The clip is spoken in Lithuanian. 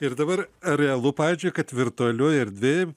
ir dabar realu pavyzdžiui kad virtualioj erdvėj